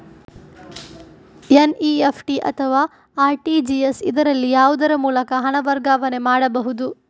NEFT ಅಥವಾ RTGS, ಇದರಲ್ಲಿ ಯಾವುದರ ಮೂಲಕ ಹಣ ವರ್ಗಾವಣೆ ಮಾಡಬಹುದು?